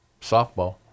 softball